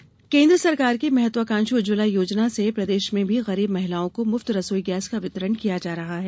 उज्जवला योजना केन्द्र सरकार की महात्वाकांक्षी उज्जवला योजना से प्रदेश में भी गरीब महिलाओं को मुफ्त रसोई गैस का वितरण किया जा रहा है